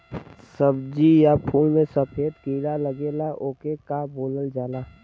सब्ज़ी या फुल में सफेद कीड़ा लगेला ओके का बोलल जाला?